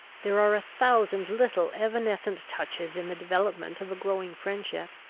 there are a thousand little evanescent touches in the development of a growing friendship,